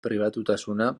pribatutasuna